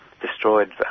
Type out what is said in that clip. destroyed